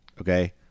okay